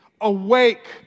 awake